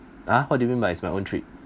!huh! how do you mean by is my own trip